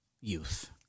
youth